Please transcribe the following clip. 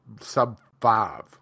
sub-five